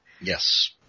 Yes